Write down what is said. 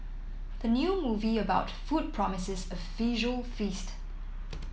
the new movie about food promises a visual feast